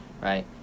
Right